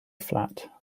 flat